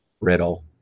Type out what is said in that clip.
riddle